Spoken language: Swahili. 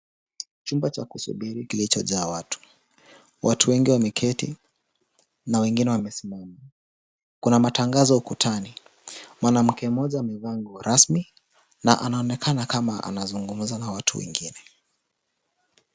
Chumba cha kusubiri kilichojaa watu. Watu wengi wameketi na wengine wamesimama. Kuna matangazo ukutani. Mwanamke mmoja amevaa nguo rasmi na anaonekana kama anazungumza na watu wengine.